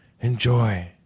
enjoy